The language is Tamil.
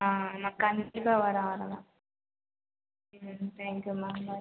ஆ கண்டிப்பாக வரேன் வரேன் மேம் ம் தேங்க் யூ மேம் பாய்